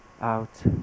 out